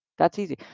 that's easy,